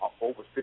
over